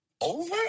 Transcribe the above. Over